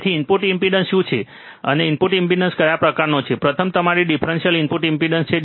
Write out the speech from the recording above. તેથી input impedance શું છે અને ઇનપુટ ઇમ્પેડન્સ કયા પ્રકારનું છે પ્રથમ તમારી ડિફરન્સીઅલ ઇનપુટ ઇમ્પેડન્સ છે